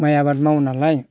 माइ आबाद मावोनालाय